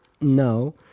no